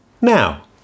Now